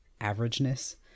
averageness